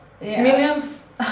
millions